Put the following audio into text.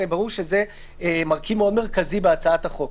הרי ברור שזה מרכיב מאוד מרכזי בהצעת החוק,